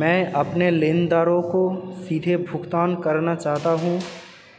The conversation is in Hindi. मैं अपने लेनदारों को सीधे भुगतान करना चाहता हूँ